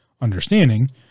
understanding